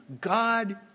God